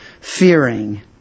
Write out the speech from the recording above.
fearing